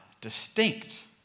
distinct